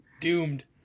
doomed